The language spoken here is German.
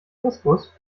couscous